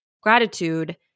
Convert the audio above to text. gratitude